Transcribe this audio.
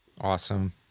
Awesome